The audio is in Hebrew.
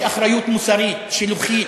יש אחריות מוסרית, שילוחית,